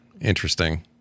Interesting